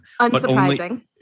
unsurprising